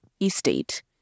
estate